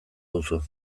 duzu